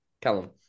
Callum